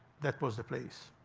that was the place.